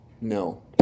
No